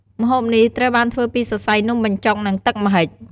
ម្ហូបនេះត្រូវបានធ្វើពីសរសៃនំបញ្ចុក និងទឹកម្ហិច។